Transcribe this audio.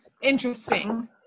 interesting